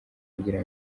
kugira